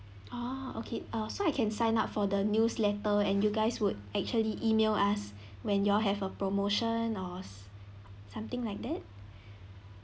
oh okay err so I can sign up for the newsletter and you guys would actually email us when you all have a promotion or s~ something like that